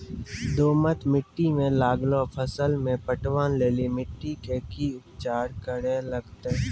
दोमट मिट्टी मे लागलो फसल मे पटवन लेली मिट्टी के की उपचार करे लगते?